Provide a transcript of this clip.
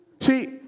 See